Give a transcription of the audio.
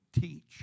teach